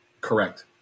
Correct